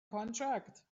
contract